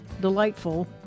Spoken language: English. delightful